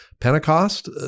Pentecost